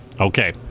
okay